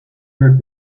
her